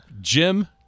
Jim